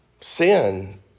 Sin